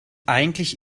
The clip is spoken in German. eigentlich